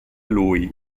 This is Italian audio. lui